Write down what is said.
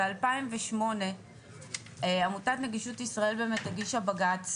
ב-2008 עמותת נגישות לישראל הגישה בג"ץ